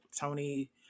Tony